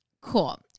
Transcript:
Cool